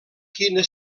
quina